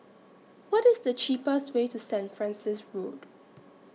What IS The cheapest Way to Saint Francis Road